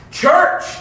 Church